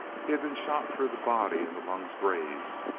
he had been shot through the body and the lungs grazed,